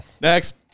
Next